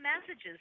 messages